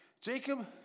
Jacob